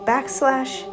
Backslash